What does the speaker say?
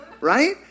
Right